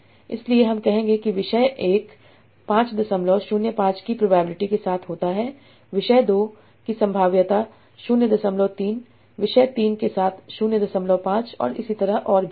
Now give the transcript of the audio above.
इसलिए हम कहेंगे कि विषय 1 505 की प्रोबेबिलिटी के साथ होता है विषय 2 का संभाव्यता 03 विषय 3 के साथ 05 और इसी तरह और भी